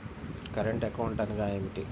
Current account అనగా ఏమిటి?